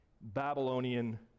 Babylonian